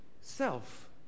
self